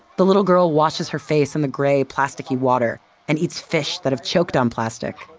the little girl washes her face in the gray plastic-y water and eats fish that have choked on plastic.